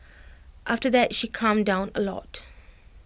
after that she calmed down A lot